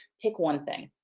pick one thing.